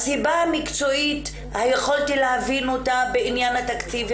הסיבה המקצועית יכולתי להבין אותה בעניין התקציב,